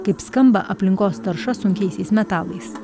kaip skamba aplinkos tarša sunkiaisiais metalais